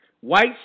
White